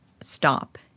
stop